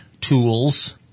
tools